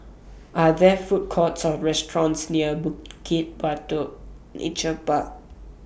Are There Food Courts Or restaurants near Bukit Batok Nature Park